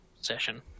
session